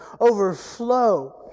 overflow